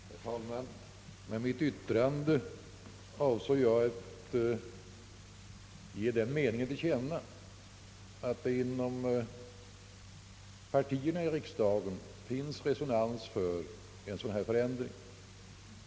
Herr talman! Med mitt yttrande avsåg jag att ge den meningen till känna att det inom riksdagens partier finns resonans för en sådan här förändring.